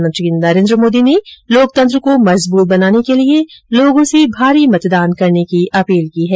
प्रधानमंत्री नरेन्द्र मोदी ने लोकतंत्र को मजबूत बनाने के लिए लोगों से भारी मतदान करने की अपील की है